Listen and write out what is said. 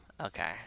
Okay